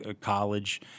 college